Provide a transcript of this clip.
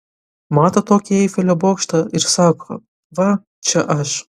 mato tokį eifelio bokštą ir sako va čia aš